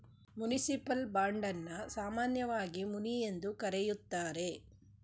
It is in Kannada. ಮುನಿಸಿಪಲ್ ಬಾಂಡ್ ಅನ್ನ ಸಾಮಾನ್ಯವಾಗಿ ಮುನಿ ಎಂದು ಕರೆಯುತ್ತಾರೆ